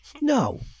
No